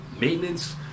maintenance